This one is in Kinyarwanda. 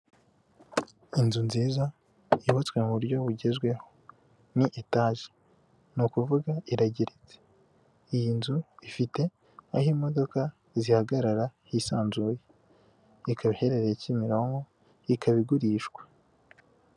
Inzu nziza yubatswe mu buryo bugezweho, ni etage, ni ukuvuga iragera, iyi nzu ifite aho imodoka zihagarara hisanzuye, ikaba iherereye Kimironko, ikaba igurishwa.